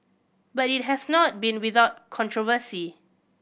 but it has not been without controversy